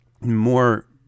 more